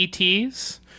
ETs